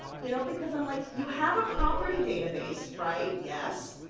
you know because i'm like, you have a property database, right? yes.